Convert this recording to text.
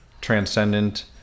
transcendent